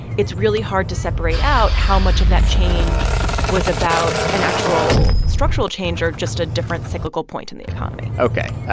it's really hard to separate out how much of that change was about an actual structural change or just a different cyclical point in the economy ok.